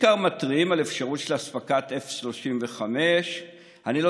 ובעיקר מתריעים על אפשרות של אספקת F-35. אני לא